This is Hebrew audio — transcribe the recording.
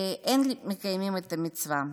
אין מקיימים את המצווה.